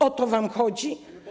O to wam chodzi?